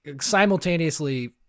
simultaneously